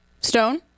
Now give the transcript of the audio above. Stone